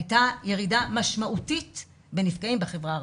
הייתה ירידה משמעותית בנפגעים בחברה הערבית.